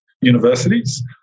universities